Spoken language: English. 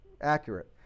accurate